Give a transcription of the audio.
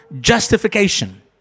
Justification